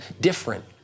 different